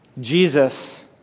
Jesus